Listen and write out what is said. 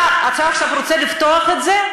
אתה עכשיו רוצה לפתוח את זה?